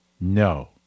No